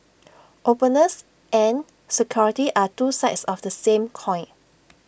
openness and security are two sides of the same coin